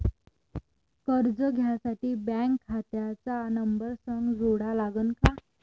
कर्ज घ्यासाठी बँक खात्याचा नंबर संग जोडा लागन का?